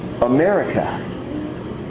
America